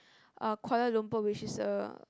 uh Kuala-Lumpur which is a